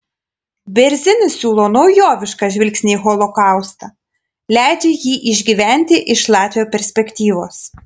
bėrzinis siūlo naujovišką žvilgsnį į holokaustą leidžia jį išgyventi iš latvio perspektyvos